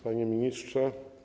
Panie Ministrze!